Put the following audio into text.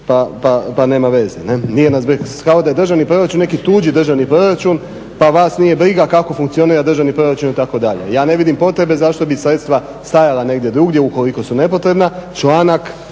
pa nema veze. Kao da je državni proračun neki tuđi državni proračun pa vas nije briga kako funkcionira državni proračun itd. Ja ne vidim potrebe zašto bi sredstva stajala negdje drugdje ukoliko su nepotrebna,